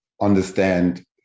understand